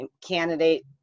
candidate